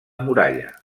muralla